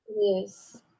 Yes